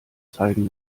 zeigen